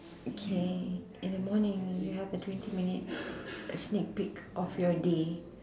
okay in the morning you have the twenty minute sneak peek of your day